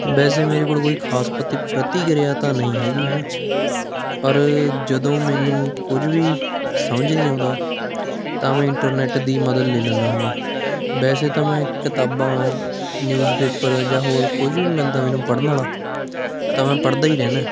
ਵੈਸੇ ਮੇਰੇ ਕੋਲ ਕੋਈ ਖਾਸ ਪ੍ਰਤੀ ਪ੍ਰਤੀਕਿਰਿਆ ਤਾਂ ਨਹੀਂ ਹੈਗੀ ਹੈ ਨਾ ਪਰ ਜਦੋਂ ਮੈਨੂੰ ਕੁਝ ਵੀ ਸਮਝ ਨਹੀਂ ਆਉਂਦਾ ਤਾਂ ਮੈਂ ਇੰਟਰਨੈਟ ਦੀ ਮਦਦ ਲੈ ਲੈਂਦਾ ਹੁੰਦਾ ਵੈਸੇ ਤਾਂ ਮੈਂ ਕਿਤਾਬਾਂ ਨਿਊਜ਼ਪੇਪਰ ਜਾਂ ਹੋਰ ਕੁਝ ਵੀ ਮਿਲਦਾ ਮੈਨੂੰ ਪੜ੍ਹਨ ਵਾਲਾ ਤਾਂ ਮੈਂ ਪੜ੍ਹਦਾ ਹੀ ਰਹਿਨਾ